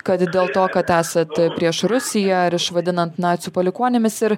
kad dėl to kad esat prieš rusiją ar išvadinant nacių palikuonimis ir